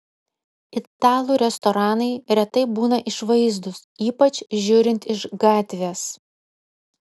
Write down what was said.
italų restoranai retai būna išvaizdūs ypač žiūrint iš gatvės